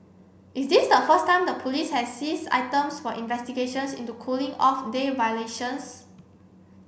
is this the first time the police has seize items for investigations into cooling off day violations